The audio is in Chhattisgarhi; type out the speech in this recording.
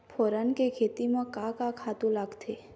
फोरन के खेती म का का खातू लागथे?